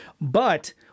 But-